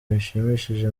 bishimishije